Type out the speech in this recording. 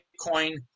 Bitcoin